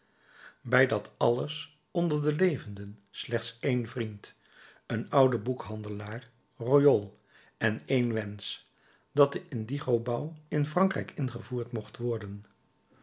bij dat alles onder de levenden slechts één vriend een ouden boekhandelaar royol en één wensch dat de indigo bouw in frankrijk ingevoerd mocht worden